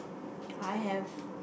I have